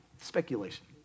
speculation